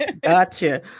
Gotcha